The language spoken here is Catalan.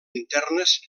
internes